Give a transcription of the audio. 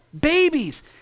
babies